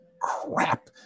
crap